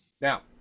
now